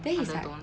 then it's like